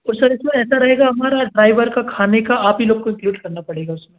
और सर इस में ऐसा रहेगा हमारा ड्राइवर का खाने का आप ही लोग को इंक्लूड करना पड़ेगा सर